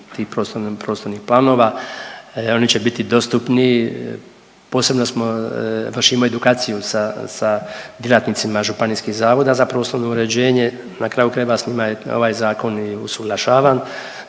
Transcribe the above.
prostornih planova. Oni će biti dostupniji, posebno smo vršimo edukaciju sa, sa djelatnicima županijskih zavoda za prostorno uređenje. Na kraju krajeva s njim je ovaj zakon i usuglašavan.